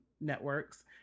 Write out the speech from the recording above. networks